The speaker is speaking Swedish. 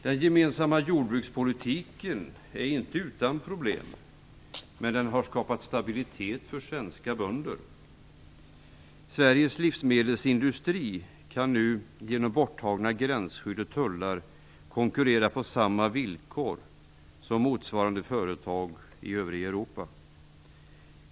Den gemensamma jordbrukspolitiken är inte utan problem, men den har skapat stabilitet för svenska bönder. Sveriges livsmedelsindustri kan nu genom borttagna gränsskydd och tullar konkurrera på samma villkor som motsvarande företag i övriga Europa.